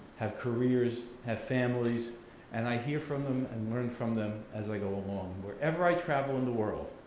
have careers, have families and i hear from them and learn from them as i go along. where ever i travel in the world.